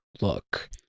look